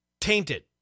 tainted